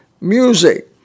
music